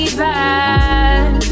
bad